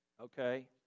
Okay